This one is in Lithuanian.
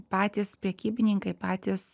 patys prekybininkai patys